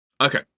okay